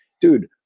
dude